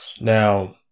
Now